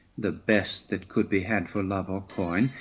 the best that could be had for love or coin,